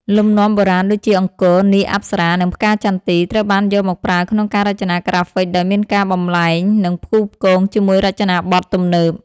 លំនាំបុរាណដូចជា អង្គរ នាគ អប្សរា និងផ្កាចន្ទី ត្រូវបានយកមកប្រើក្នុងការរចនាក្រាហ្វិកដោយមានការបំប្លែង និងផ្គូផ្គងជាមួយរចនាបថទំនើប។